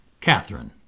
Catherine